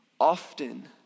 often